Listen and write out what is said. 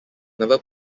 never